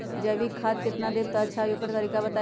जैविक खाद केतना देब त अच्छा होइ ओकर तरीका बताई?